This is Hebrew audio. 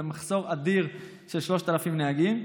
שיש מחסור אדיר של 3,000 נהגים.